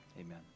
amen